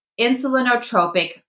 insulinotropic